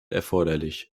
erforderlich